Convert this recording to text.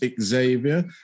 xavier